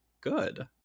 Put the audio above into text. good